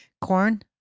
Corn